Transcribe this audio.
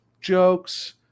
Jokes